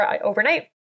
overnight